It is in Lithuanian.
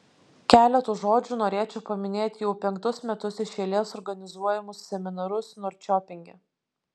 keletu žodžių norėčiau paminėti jau penktus metus iš eilės organizuojamus seminarus norčiopinge